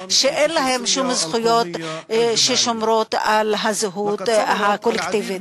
שאין להן שום זכויות ששומרות על הזהות הקולקטיבית.